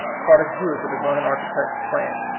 caught a view of the divine architect's plan.